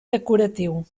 decoratiu